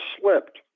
slipped